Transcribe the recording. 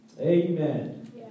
Amen